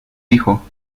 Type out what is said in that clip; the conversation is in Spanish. hijo